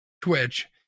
Twitch